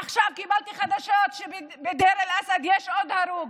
עכשיו קיבלתי חדשות שבדיר אל אסד יש עוד הרוג.